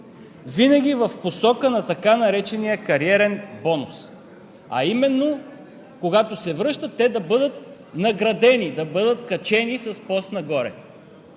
винаги в посока на така наречения кариерен бонус, а именно: когато се връщат, те да бъдат наградени, да бъдат качени с пост нагоре.